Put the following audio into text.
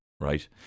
right